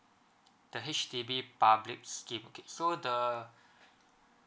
the H_D_B public scheme okay so the